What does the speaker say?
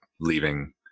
leaving